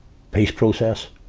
peace process,